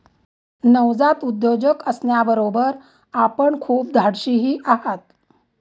नवजात उद्योजक असण्याबरोबर आपण खूप धाडशीही आहात